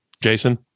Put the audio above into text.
Jason